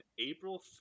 April